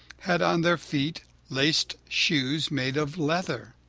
had on their feet laced shoes made of leather,